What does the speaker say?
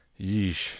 Yeesh